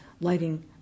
lighting